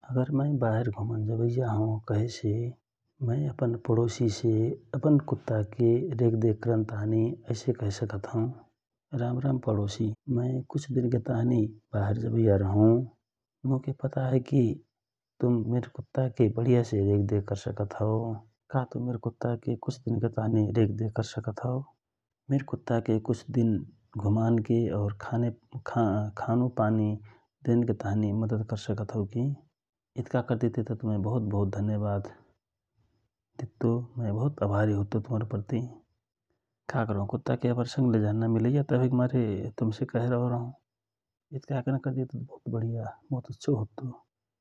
अगर मय बाहेर घुमन जवैया हौ कहेसे मय अपन पडोसी से अपन कुत्ता के रेख देख करन ताँहि ऐसे कहे सकत हौ । राम राम पडोसी मय कुछ दिनके ताँहि बाहेर जबैया हौ । मोके पता हए कि तुम मिर कुत्ताके बढिया से रेख देख कर सकत हौ । का तुम मिर कुत्ताके कुछ दिन के ताँहि रेख देख कर सकत हौ । मिर कुत्ताके कुछ दिन घुमान के और खानके खानु पानी देनके ताँहि मद्दत कर सकत हौ कि इतका कर दे ते ता मिर तुमके बहुत बहुत धन्यवाद दित्तो मय बहुत अभारी हुइतो तुमहर प्रति का करौ कुत्ता के अपन संग लैजान नमिलैया तवहिक मारे तुम से कहेरहो रहओ इतका एकन करदेतेता बहुत अच्छो होतो ।